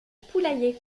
poulailler